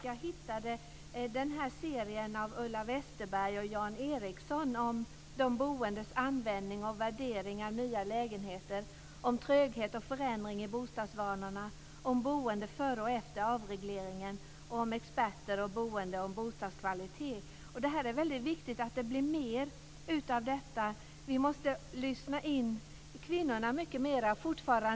Jag hittade den här serien av Ulla Westerberg och Jan Eriksson om de boendes användning och värdering av nya lägenheten, om tröghet och förändring i bostadsvanorna, om boende före och efter avregleringen och om experter och boende om bostadskvalitet. Det är väldigt viktigt att det blir mer av detta. Vi måste lyssna in kvinnorna mycket mer.